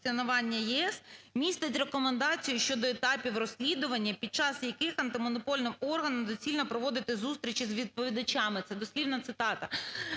Це дослівна цитата.